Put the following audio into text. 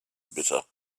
bitter